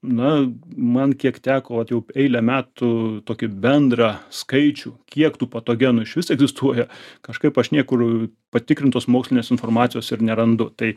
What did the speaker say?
na man kiek teko vat jau eilę metų tokį bendrą skaičių kiek tų patogenų išvis egzistuoja kažkaip aš niekur patikrintos mokslinės informacijos ir nerandu tai